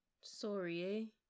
Sorry